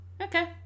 okay